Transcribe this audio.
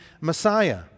Messiah